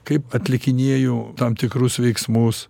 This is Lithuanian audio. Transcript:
kaip atlikinėju tam tikrus veiksmus